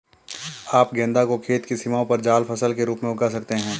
आप गेंदा को खेत की सीमाओं पर जाल फसल के रूप में उगा सकते हैं